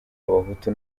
abahutu